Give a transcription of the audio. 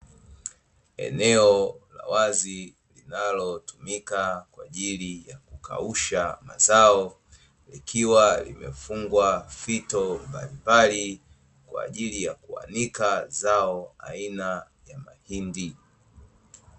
Eneo la wazi linalotumika kwa ajili ya kukausha mazao, likiwa limefungwa fito mbalimbali kwa ajili ya kauanika zao aina ya mahindi.